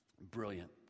brilliant